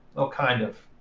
well, kind of.